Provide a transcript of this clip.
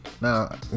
Now